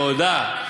תודה.